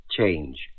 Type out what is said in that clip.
Change